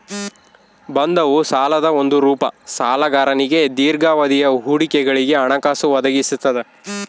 ಬಂಧವು ಸಾಲದ ಒಂದು ರೂಪ ಸಾಲಗಾರನಿಗೆ ದೀರ್ಘಾವಧಿಯ ಹೂಡಿಕೆಗಳಿಗೆ ಹಣಕಾಸು ಒದಗಿಸ್ತದ